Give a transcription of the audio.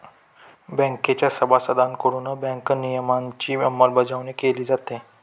बँकेच्या सभासदांकडून बँक नियमनाची अंमलबजावणी केली जाते